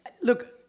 Look